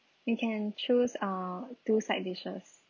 you can choose uh two side dishes